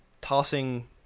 tossing